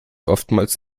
oftmals